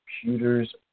computers